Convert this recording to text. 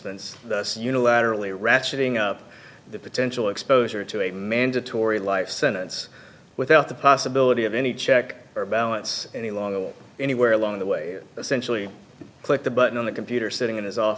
fence thus unilaterally ratcheting up the potential exposure to a mandatory life sentence without the possibility of any check or balance any longer anywhere along the way it essentially click the button on the computer sitting in his office